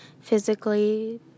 physically